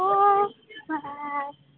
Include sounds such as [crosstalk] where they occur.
[unintelligible]